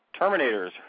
Terminators